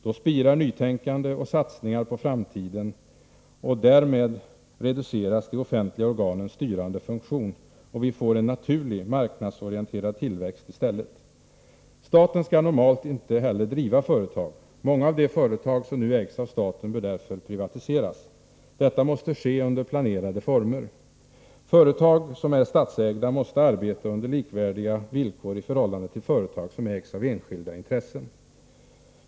Då spirar nytänkande och satsningar på framtiden och därmed reduceras de offentliga organens styrande funktion och vi får en naturlig, marknadsorienterad tillväxt i stället. Staten skall normalt inte heller driva företag. Många av de företag som nu ägs av staten bör därför privatiseras. Detta måste ske i planerade former. Företag som är statsägda måste arbeta på villkor som är likvärdiga med villkoren för de företag som ägs av enskilda intressen.